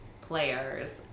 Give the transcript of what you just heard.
players